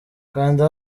kanda